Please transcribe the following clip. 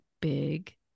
big